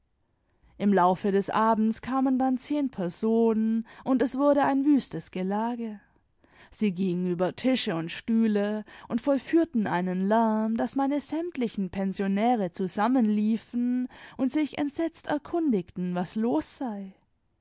im laufe des abends kamen dann zehn personen und es wurde ein wüstes gelage sie gingen über tische und stühle und vollführten einen lärm daß meine sämtlichen pensionäre zusammenliefen und sich entsetzt erkundigten was los sei